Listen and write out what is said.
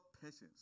patience